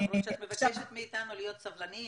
למרות שאת מבקשת אותנו להיות סבלניים,